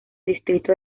distrito